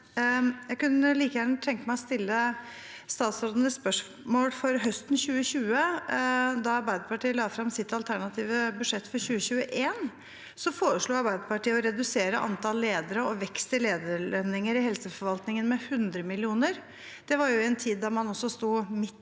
kunne jeg gjerne tenke meg å stille statsråden et spørsmål, for høsten 2020, da Arbeiderpartiet la frem sitt alternative budsjett for 2021, foreslo Arbeiderpartiet å redusere antallet ledere og vekst i lederlønninger i helseforvaltningen med 100 mill. kr. Det var i en tid da man også sto midt i